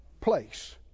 place